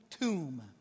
tomb